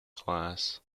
class